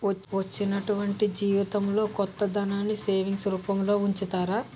వచ్చినటువంటి జీవితంలో కొంత ధనాన్ని సేవింగ్స్ రూపంలో ఉంచుతారు